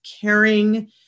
caring